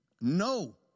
No